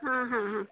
ಹಾಂ ಹಾಂ ಹಾಂ